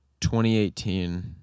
2018